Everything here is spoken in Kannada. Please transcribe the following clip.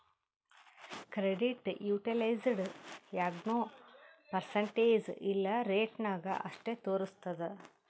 ಕ್ರೆಡಿಟ್ ಯುಟಿಲೈಜ್ಡ್ ಯಾಗ್ನೂ ಪರ್ಸಂಟೇಜ್ ಇಲ್ಲಾ ರೇಟ ನಾಗ್ ಅಷ್ಟೇ ತೋರುಸ್ತುದ್